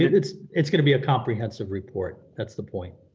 it's it's gonna be a comprehensive report, that's the point.